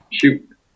Shoot